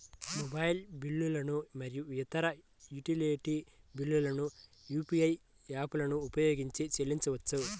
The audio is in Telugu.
మొబైల్ బిల్లులు మరియు ఇతర యుటిలిటీ బిల్లులను యూ.పీ.ఐ యాప్లను ఉపయోగించి చెల్లించవచ్చు